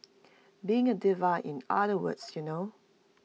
being A diva in other words you know